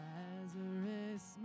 Lazarus